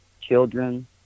children